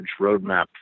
roadmap